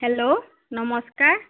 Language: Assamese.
হেল্ল' নমষ্কাৰ